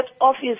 office